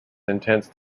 intense